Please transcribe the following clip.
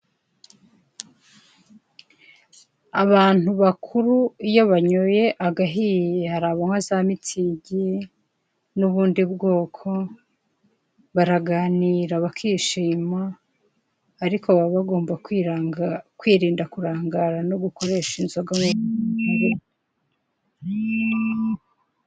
Abantu bakuru iyo banyoye agahiye hari abanywa za Mützig n'bubndi bwoko baraganira bakishima ariko baba bagomba kwiranga kwirinda kurangara gukoresha no gukoresha inzoga mu...